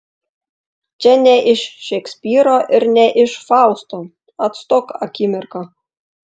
čia ne iš šekspyro ir ne iš fausto atstok akimirka